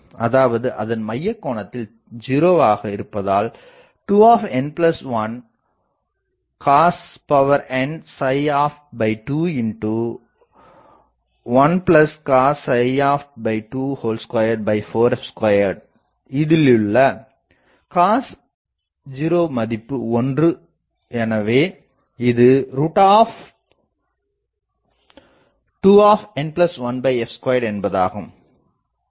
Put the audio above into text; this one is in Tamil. அதாவது அதன் மையத்தில் கோணம் 0 ஆக இருப்பதால் 2n1 cosnopt21cosopt2 24f2 இதிலுள்ள cos 0மதிப்பு 1 எனவே இது 2n1f2 என்பதாகும்